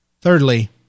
Thirdly